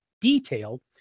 detail